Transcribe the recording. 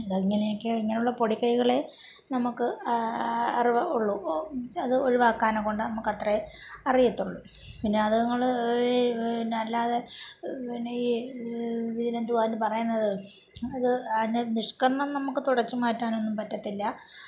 ഇതാ ഇങ്ങനെയൊക്കെ ഇങ്ങനെയുള്ള പൊടിക്കൈകളേ നമുക്ക് അറിവ് ഒള്ളു അത് ഒഴിവാക്കാനെക്കൊണ്ട് നമുക്കത്രയേ അറിയത്തുള്ളു പിന്നെ അതുങ്ങൾ പിന്നല്ലാതെ പിന്നെ ഈ ഇതിനെന്തുവാന്ന് പറയുന്നത് അത് അതിനെ നിഷ്കരണം നമുക്ക് തുടച്ച് മാറ്റാനൊന്നും പറ്റത്തില്ല